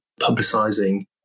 publicizing